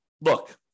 look